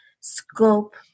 scope